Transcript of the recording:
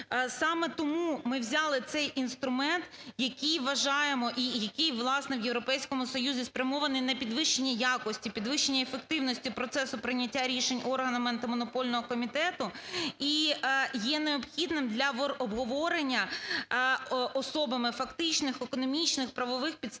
Саме тому ми взяли цей інструмент, який вважаємо і який, власне, в Європейському Союзі спрямований на підвищення якості, підвищення ефективності процесу прийняття рішень органами Антимонопольного комітету, і є необхідним для обговорення особами фактичних, економічних, правових підстав